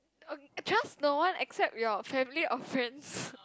trust no one except your family or friends